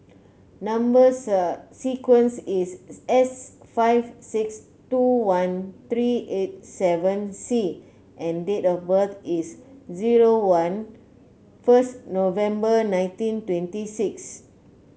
number sir sequence is S five six two one three eight seven C and date of birth is zero one first November nineteen twenty six